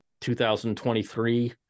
2023